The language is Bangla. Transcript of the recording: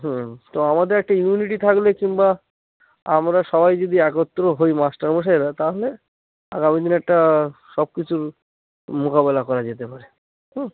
হুম তো আমাদের একটা ইউনিটি থাকলে কিংবা আমরা সবাই যদি একত্র হই মাস্টারমশাইরা তাহলে আগামী দিনে একটা সব কিছুর মোকাবেলা করা যেতে পারে হুম